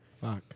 fuck